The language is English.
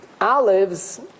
olives